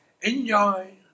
enjoy